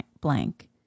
blank